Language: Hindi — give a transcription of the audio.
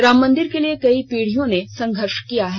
रामंमदिर के लिये कई पीड़ियों ने संघर्ष किया है